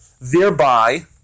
thereby